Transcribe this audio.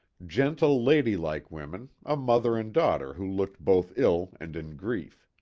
gentle lady-like women, a mother and daughter who looked both ill and in grief.